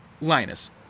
Linus